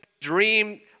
dream